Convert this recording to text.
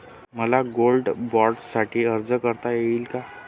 मला गोल्ड बाँडसाठी अर्ज करता येईल का?